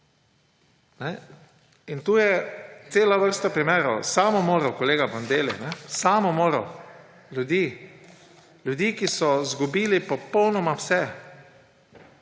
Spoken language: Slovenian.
In tu je cela vrsta primerov samomorov, kolega Bandelli, samomorov ljudi, ljudi, ki so izgubili popolnoma vse.